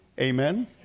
Amen